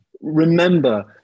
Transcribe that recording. remember